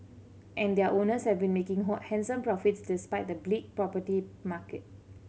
and their owners have been making handsome profits despite the bleak property market